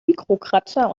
mikrokratzer